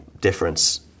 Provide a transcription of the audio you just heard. difference